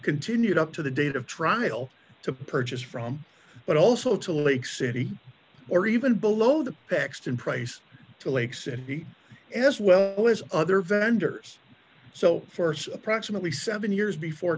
continued up to the date of trial to purchase from but also to lake city or even below the paxton price to lake city as well as other vendors so st approximately seven years before